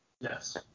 Yes